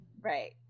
Right